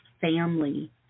family